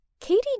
Katie